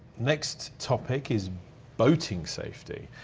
next topic is boating safety.